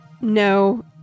No